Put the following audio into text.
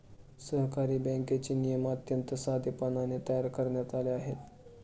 सहकारी बँकेचे नियम अत्यंत साधेपणाने तयार करण्यात आले आहेत